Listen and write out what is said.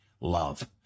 love